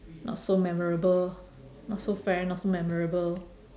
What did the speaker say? not so memorable not so fair not so memorable